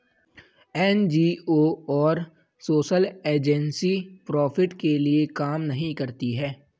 NGO और social agency profit के लिए काम नहीं करती है